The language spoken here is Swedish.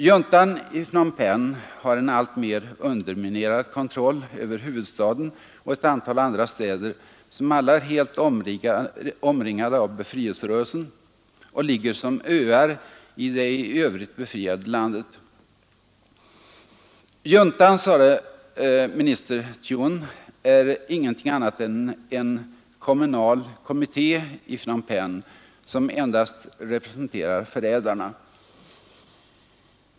Juntan i Phnom Penh har en alltmer underminerad kontroll över huvudstaden och ett antal andra städer, som alla är helt omringade av befrielserörelsen och ligger som öar i det i övrigt befriade landet. Juntan, sade minister Thiounn, är ”ingenting annat än en ”kommunal kommitté” i Phnom Penh, som endast representerar förrädarna”.